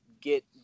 get